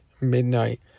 midnight